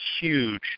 huge